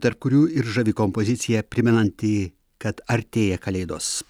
tarp kurių ir žavi kompozicija primenanti kad artėja kalėdos